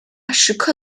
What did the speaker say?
石刻